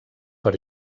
per